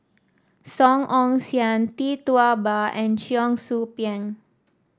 Song Ong Siang Tee Tua Ba and Cheong Soo Pieng